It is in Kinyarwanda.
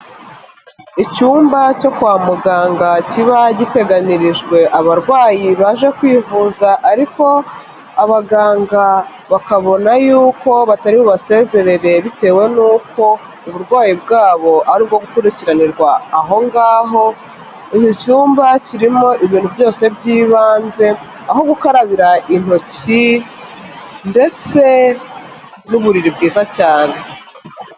Icyumba cyo kwa muganga kiba giteganirijwe abarwayi baje kwivuza ariko abaganga bakabona yuko batari bubasezerere bitewe n'uko uburwayi bwabo ari ubwo gukurikiranirwa aho ngaho, iki cyumba kirimo ibintu byose by'ibanze aho gukarabira intoki ndetse n'uburiri bwiza cyane.